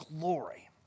glory